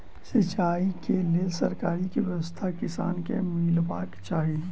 सिंचाई केँ लेल सरकारी की व्यवस्था किसान केँ मीलबाक चाहि?